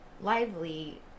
lively